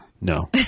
No